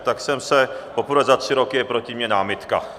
Tak jsem se poprvé za tři roky je proti mně námitka.